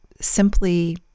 simply